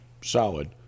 solid